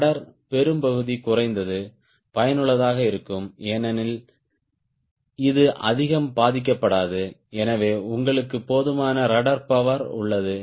rudder பெரும்பகுதி குறைந்தது பயனுள்ளதாக இருக்கும் ஏனெனில் இது அதிகம் பாதிக்கப்படாது எனவே உங்களுக்கு போதுமான ரட்ட்ர் பவர் உள்ளது